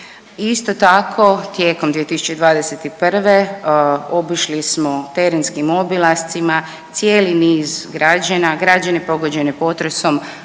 Isto tako, tijekom 2021. obišli smo terenskim obilascima cijeli niz građana, građane pogođene potresom